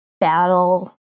battle